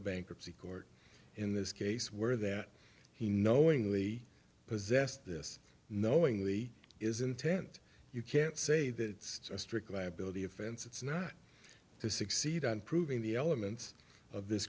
bankruptcy court in this case where that he knowingly possessed this knowingly is intent you can't say that it's a strict liability offense it's not to succeed on proving the elements of this